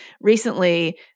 recently